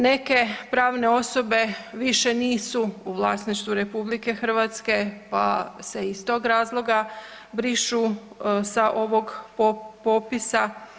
Neke pravne osobe više nisu u vlasništvu RH, pa se iz tog razloga brišu sa ovog popisa.